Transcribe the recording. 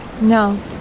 No